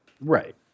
Right